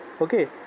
Okay